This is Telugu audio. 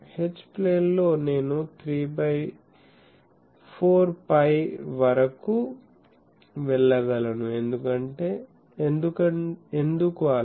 H ప్లేన్ లో నేను 3 బై 4 π వరకు వెళ్ళగలను ఎందుకు అలా